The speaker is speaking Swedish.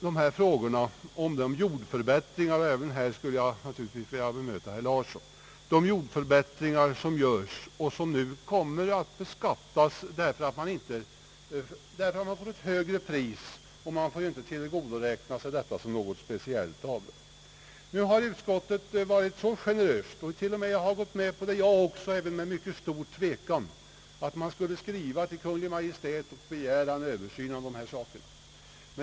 Herr Yngve Nilsson och herr Larsson har varit inne på de jordförbättringar som nu kommer att beskattas därför att man får ett högre pris men inte får tillgodoräkna sig detta som något Speciellt avdrag. Utskottet har varit så generöst — och jag har, om än med stor tvekan, gått med på det — att skriva till Kungl. Maj:t och begära en översyn av denna sak.